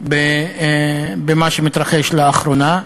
במה שמתרחש לאחרונה.